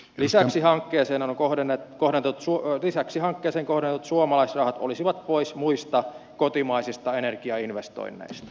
lisäksi hankkeeseen on kohdennettu kolmen suuren lisäksi hankkeeseen kohdennetut suomalaisrahat olisivat pois muista kotimaisista energiainvestoinneista